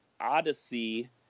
Odyssey